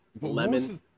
Lemon